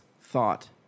thought